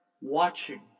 watching